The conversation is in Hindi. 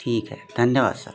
ठीक है धन्यवाद सर